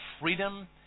freedom